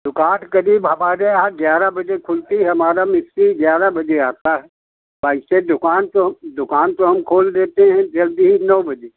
दुकान क़रीब हमारे यहाँ ग्यारह बजे खुलती है हमारा मिस्त्री ग्यारह बजे आता है ऐसे दुकान तो दुकान तो हम खोल देते हैं जल्दी ही नौ बजे